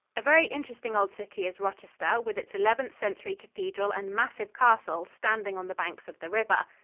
a very interesting old city is rochester, with its eleventh century cathedral and massive castle standing on the banks of the river.